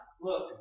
Look